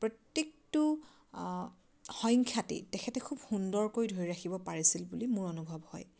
প্ৰত্যেকটো আ সংখ্যাতেই তেখেতে খুব সুন্দৰকৈ ধৰি ৰাখিব পাৰিছিল বুলি মোৰ অনুভৱ হয়